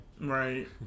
Right